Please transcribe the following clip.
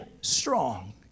strong